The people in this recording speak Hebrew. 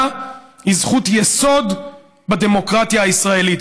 היא זכות יסוד בדמוקרטיה הישראלית.